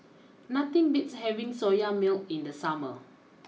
nothing beats having Soya Milk in the summer